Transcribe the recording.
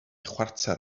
chwarter